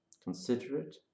Considerate